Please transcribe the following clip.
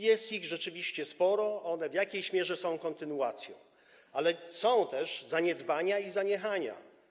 Jest ich rzeczywiście sporo, one w jakiejś mierze są kontynuacją, ale są też zaniedbania i zaniechania.